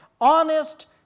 honest